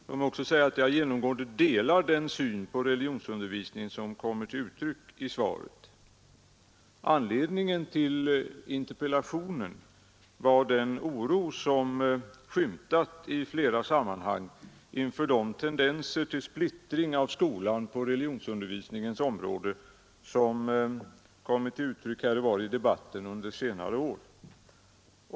Låt mig också säga att jag genomgående delar den syn på religionsundervisningen som kommer till uttryck i svaret. Anledningen till interpellationen var den oro som skymtat i flera sammanhang inför de tendenser till splittring av skolan på religionsundervisningens område som kommit till uttryck här och var i debatten under senare år.